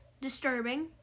disturbing